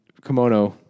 kimono